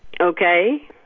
Okay